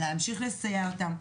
להמשיך להסיע אותם.